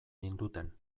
ninduten